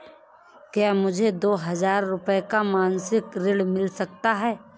क्या मुझे दो हजार रूपए का मासिक ऋण मिल सकता है?